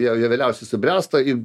jie jie vėliausiai subręsta ir